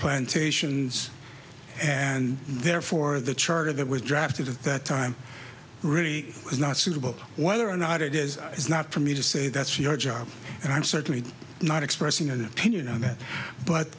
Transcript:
plantations and therefore the charter that was drafted at that time really was not suitable whether or not it is is not for me to say that's your job and i'm certainly not expressing an opinion on that but